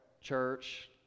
church